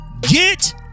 Get